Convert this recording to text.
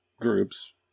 groups